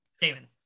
Damon